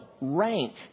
rank